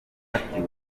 ifoto